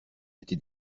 été